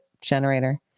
generator